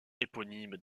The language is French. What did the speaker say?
éponyme